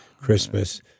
Christmas